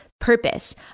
purpose